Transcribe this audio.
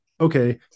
okay